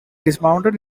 dismounted